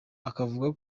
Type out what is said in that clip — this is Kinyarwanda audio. akavuga